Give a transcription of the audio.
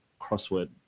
crossword